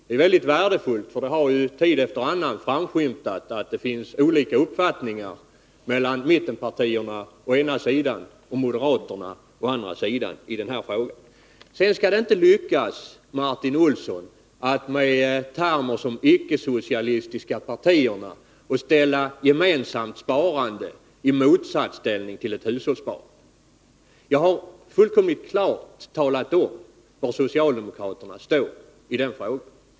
Det vore värdefullt att få detta bekräftat, för det har tid efter annan framskymtat att det råder olika uppfattningar i den här frågan mellan mittenpartierna å ena sidan och moderaterna å den andra. Det skall inte lyckas Martin Olsson att med termer som icke-socialistiska partier och liknande ställa gemensamt sparande i motsatsförhållande till ett hushållssparande. Jag har fullkomligt klart talat om var socialdemokraterna står i den frågan.